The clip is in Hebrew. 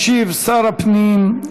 ישיב שר הפנים,